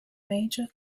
major